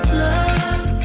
love